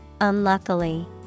unluckily